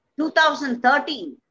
2013